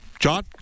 John